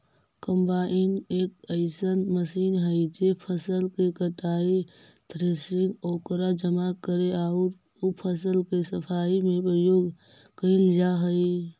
combine एक अइसन machine हई जे फसल के कटाई, थ्रेसिंग, ओकरा जमा करे औउर उ फसल के सफाई में प्रयोग कईल जा हई